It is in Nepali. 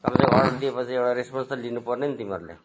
कमसेकम अर्डर दिएपछि एउटा रेस्पोन्स त लिनु पर्ने नि तिमीहरूले